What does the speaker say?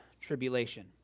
tribulation